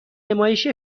نمایش